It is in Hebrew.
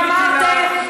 ואמרתם.